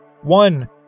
One